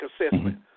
assessment